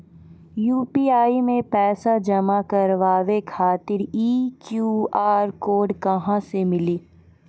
UPI मे पैसा जमा कारवावे खातिर ई क्यू.आर कोड कहां से मिली?